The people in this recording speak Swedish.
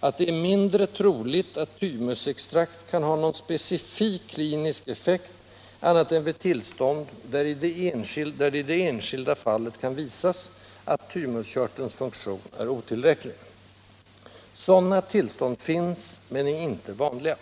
att det är mindre troligt att tymusextrakt kan ha någon specifik klinisk effekt annat än vid tillstånd, där det i det enskilda fallet kan visas att tymuskörtelns funktion är otillräcklig. Sådana tillstånd finns, men de är inte vanliga.